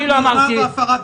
מרמה והפרת אמונים.